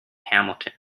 hamilton